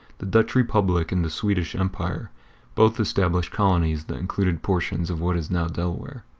the dutch republic and the swedish empire both established colonies that included portions of what is now delaware.